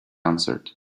answered